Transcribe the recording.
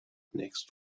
next